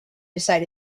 beside